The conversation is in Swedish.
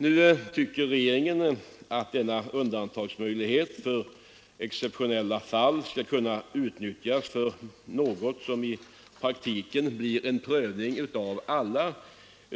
Nu anser regeringen att denna undantagsmöjlighet för exceptionella fall skall kunna utnyttjas för något som i praktiken blir en prövning av alla